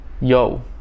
yo